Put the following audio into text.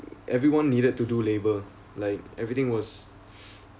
everyone needed to do labor like everything was